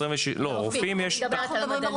לא, רופאים, אני מדברת על מדענים.